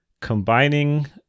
combining